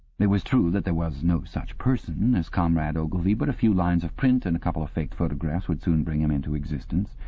was true that there was no such person as comrade ogilvy, but a few lines of print and a couple of faked photographs would soon bring him into existence.